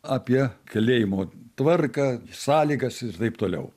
apie kalėjimo tvarką sąlygas ir taip toliau